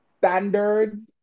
standards